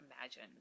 imagine